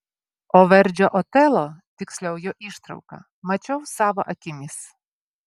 o verdžio otelo tiksliau jo ištrauką mačiau savo akimis